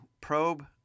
probe